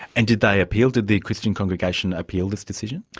and did they appeal, did the christian congregation appeal this decision?